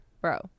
bro